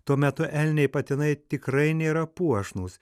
tuo metu elniai patinai tikrai nėra puošnūs